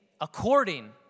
according